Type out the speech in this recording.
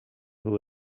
who